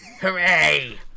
Hooray